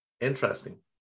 Interesting